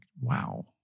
wow